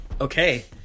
Okay